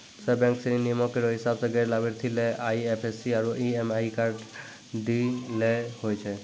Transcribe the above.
सब बैंक सिनी नियमो केरो हिसाब सें गैर लाभार्थी ले आई एफ सी आरु एम.एम.आई.डी दै ल होय छै